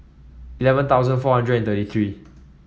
eleven thousand four hundred and thirty three